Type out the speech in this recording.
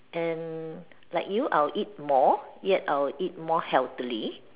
and like you I will eat more yet I will eat more healthily